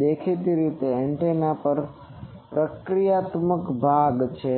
તેથી દેખીતી રીતે એન્ટેના પર પ્રતિક્રિયાત્મક ભાગ છે